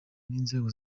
n’inzego